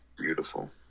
beautiful